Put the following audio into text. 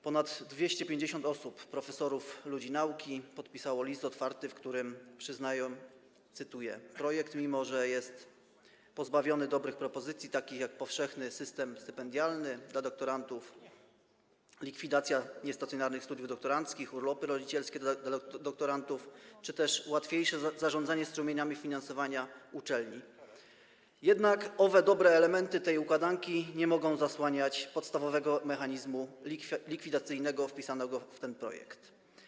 Ponad 250 osób, profesorów, ludzi nauki, podpisało list otwarty, w którym przyznają, piszą, cytuję: projekt, mimo że nie jest pozbawiony dobrych propozycji, takich jak powszechny system stypendialny dla doktorantów, likwidacja niestacjonarnych studiów doktoranckich, urlopy rodzicielskie dla doktorantów czy też łatwiejsze zarządzanie strumieniami finansowania uczelni, jednak owe dobre elementy tej układanki nie mogą przesłaniać podstawowego mechanizmu likwidacyjnego wpisanego w ten projekt.